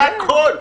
זה הכול.